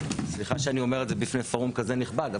סליחה שאני אומר את זה בפני פורום כזה נכבד,